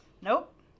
Nope